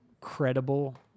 credible